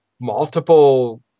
multiple